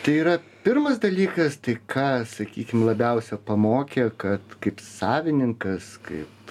tai yra pirmas dalykas tai ką sakykim labiausia pamokė kad kaip savininkas kaip